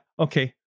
okay